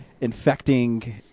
infecting